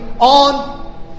on